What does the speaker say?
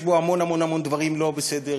יש בו המון המון דברים לא בסדר,